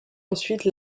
ensuite